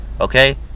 okay